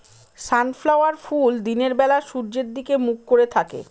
sunflower ফুল দিনের বেলা সূর্যের দিকে মুখ করে থাকে